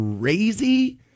crazy